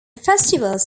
festivals